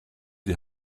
die